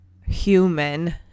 human